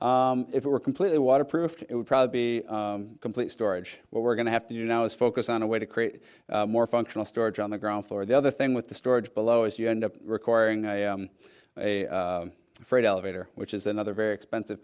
so if it were completely waterproof it would probably be complete storage what we're going to have to do now is focus on a way to create more functional storage on the ground floor the other thing with the storage below as you end up requiring a freight elevator which is another very expensive